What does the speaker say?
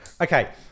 Okay